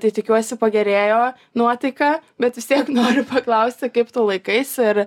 tai tikiuosi pagerėjo nuotaika bet vis tiek noriu paklausti kaip tu laikaisi ir